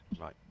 Right